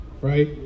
right